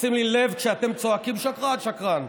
עושים לי לב כשאתם צועקים: שקרן, שקרן.